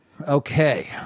okay